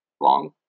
long